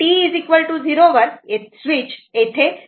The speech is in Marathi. आत्ता t0 वर स्विच येथे थ्रो केला